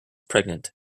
pregnant